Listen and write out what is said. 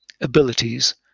abilities